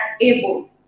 able